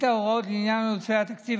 את ההוראות לעניין עודפי תקציב,